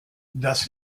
das